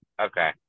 Okay